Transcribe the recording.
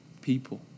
people